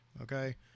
okay